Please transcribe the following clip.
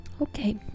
Okay